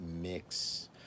mix